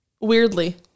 Weirdly